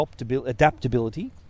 adaptability